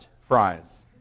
fries